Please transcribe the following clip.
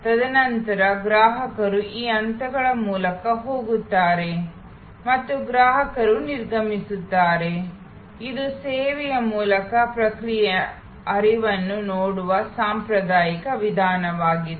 ತದನಂತರ ಗ್ರಾಹಕರು ಈ ಹಂತಗಳ ಮೂಲಕ ಹೋಗುತ್ತಾರೆ ಮತ್ತು ಗ್ರಾಹಕರು ನಿರ್ಗಮಿಸುತ್ತಾರೆ ಇದು ಸೇವೆಯ ಮೂಲಕ ಪ್ರಕ್ರಿಯೆಯ ಹರಿವನ್ನು ನೋಡುವ ಸಾಂಪ್ರದಾಯಿಕ ವಿಧಾನವಾಗಿದೆ